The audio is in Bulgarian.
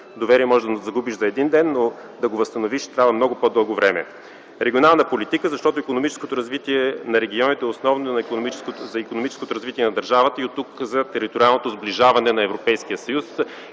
доверие можеш да загубиш за един ден, но да го възстановиш става за много по-дълго време. Регионална политика, защото икономическото развитие на регионите е основно за икономическото развитие на държавата и оттук за териториалното сближаване на Европейския съюз.